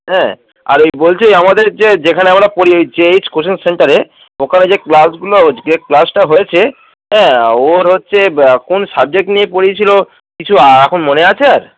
হ্যাঁ আর ওই বলছি আমাদের যে যেখানে আমরা পড়ি ওই জে এইচ কোচিং সেন্টারে ওখানে যে ক্লাসগুলো হচ্ছে যে ক্লাসটা হয়েছে হ্যাঁ ওর হচ্ছে কোন সাবজেক্ট নিয়ে পড়িয়েছিলো কিছু আ এখন মনে আছে আর